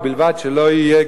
ובלבד שלא יהיה,